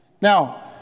Now